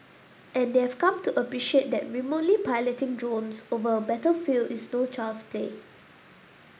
and they have come to appreciate that remotely piloting drones over a battlefield is no child's play